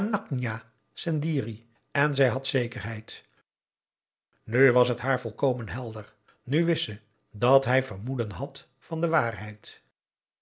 anaknja sendiri en zij had zekerheid nu was het haar volkomen helder nu wist ze dat hij vermoeden had van de waarheid